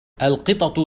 القطط